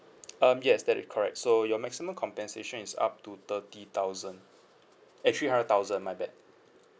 um yes that is correct so your maximum compensation is up to thirty thousand eh three hundred thousand my bad